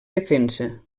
defensa